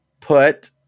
put